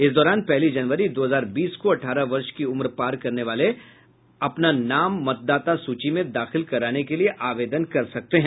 इस दौरान पहली जनवरी दो हजार बीस को अठारह वर्ष की उम्र पार करने वाले अपना नाम मतदाता सूची में दाखिल कराने के लिए आवेदन कर सकते हैं